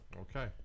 Okay